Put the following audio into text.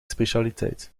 specialiteit